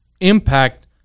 impact